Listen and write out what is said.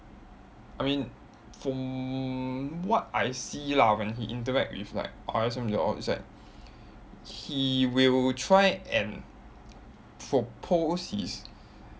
I mean from what I see lah when he interact with like R_S_M they all is that he will try and propose his